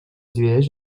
divideix